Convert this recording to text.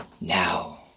Now